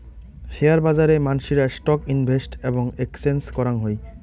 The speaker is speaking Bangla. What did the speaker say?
শেয়ার বাজারে মানসিরা স্টক ইনভেস্ট এবং এক্সচেঞ্জ করাং হই